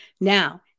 Now